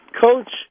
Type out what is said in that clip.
Coach